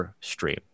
stream